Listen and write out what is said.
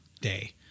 day